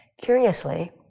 curiously